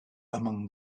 among